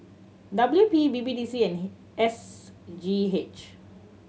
W P B B D C and S G H